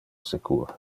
secur